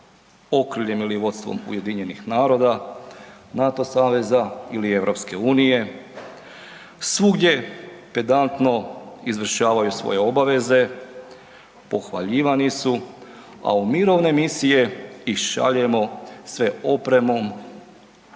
okriljem ili vodstvom Ujedinjenih naroda, NATO saveza ili Europske unije, svugdje pedantno izvršavaju svoje obaveze, pohvaljivani su, a u Mirovne misije ih šaljemo sve opremom,